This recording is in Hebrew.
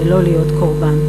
זה לא להיות קורבן.